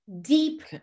deep